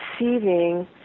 receiving